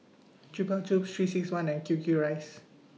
Chupa Chups three six one and Q Q Rice